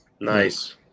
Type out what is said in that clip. nice